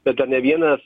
be to ne vienas